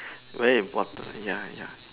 very important ya ya